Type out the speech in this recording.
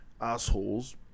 assholes